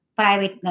Private